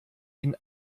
ihn